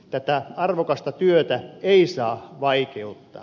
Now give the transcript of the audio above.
tätä arvokasta työtä ei saa vaikeuttaa